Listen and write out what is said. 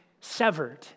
severed